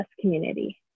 community